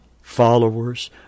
followers